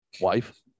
Wife